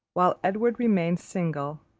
while edward remained single,